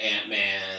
Ant-Man